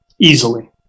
easily